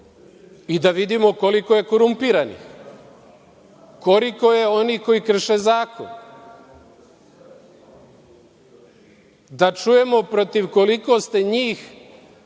i da vidimo koliko je korumpiranih, koliko je onih koji krše zakon? Da čujemo protiv koliko ste njih